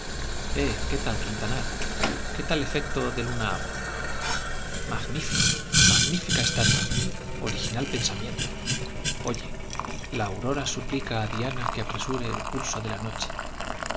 eh qué tal quintanar qué tal efecto de luna hago magnífico magnífica estatua original pensamiento oye la aurora suplica a diana que apresure el curso de la noche